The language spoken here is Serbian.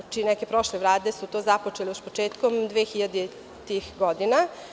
Znači, neke prošle Vlade su to započele još početkom 2000-ih godina.